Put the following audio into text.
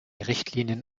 richtlinien